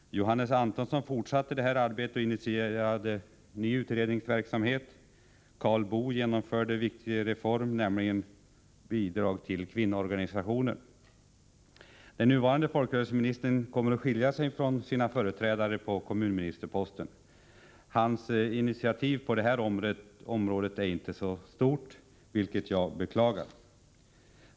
Johannes Antonsson fortsatte detta arbete och initierade ny utredningsverksamhet. Karl Boo genomförde en viktig reform, nämligen statsbidrag till kvinnoorganisationer. Den nuvarande folkrörelseministern kommer att skilja sig från sina företrädare på kommunministerposten. Hans initiativ på detta område är inte så stort, vilket jag beklagar.